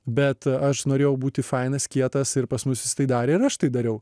bet aš norėjau būti fainas kietas ir pas mus visi tai darė ir aš tai dariau